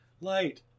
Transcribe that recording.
light